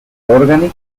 organi